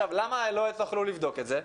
למה לא תוכלו לבדוק את זה?